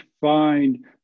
find